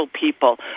people